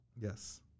Yes